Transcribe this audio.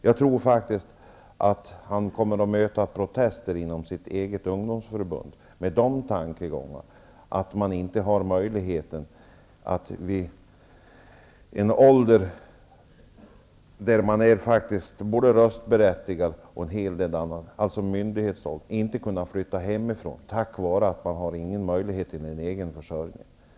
Jag tror att arbetsmarknadsministern kommer att möta protester inom sitt eget ungdomsförbund om han har de tankegångarna, att ungdomar som är myndiga inte skall ha möjlighet att flytta hemifrån på grund av att de inte har någon egen försörjning.